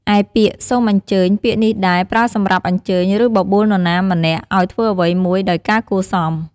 ឯពាក្យ សូមអញ្ជើញ ពាក្យនេះដែរ ប្រើសម្រាប់អញ្ជើញ ឬបបួលនរណាម្នាក់ឲ្យធ្វើអ្វីមួយដោយការគួរសម។